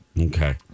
Okay